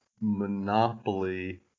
monopoly